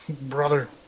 Brother